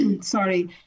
Sorry